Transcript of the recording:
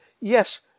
yes